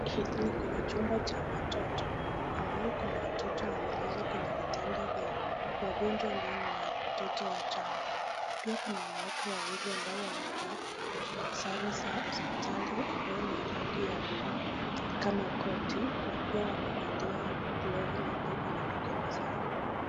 Hili ni kwenye chumba cha watoto, ambao kuna watoto wamelazwa kwenye vitanda vya wagonjwa ambao ni watoto wachanga. Pia kuna wanawake wawili ambao wamevaa, sare za hospitali ambayo ni ya rangi ya blue, (cs), kama koti na pia wamevalia glovu nyeupe kwenye mikono zao.